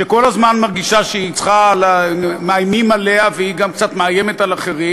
שכל הזמן מרגישה שמאיימים עליה והיא גם קצת מאיימת על אחרים,